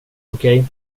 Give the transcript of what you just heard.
okej